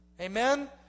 Amen